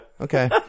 Okay